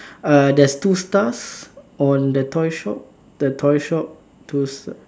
err there's two stars on the toy shop the toy shop two